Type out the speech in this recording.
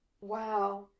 Wow